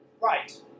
Right